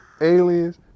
aliens